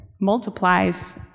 multiplies